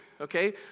okay